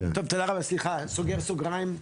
טוב, תודה רבה, סליחה, סוגר סוגריים.